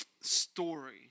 story